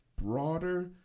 broader